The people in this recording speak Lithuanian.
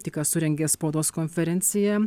tik ką surengė spaudos konferenciją